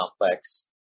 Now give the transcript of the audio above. complex